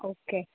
okay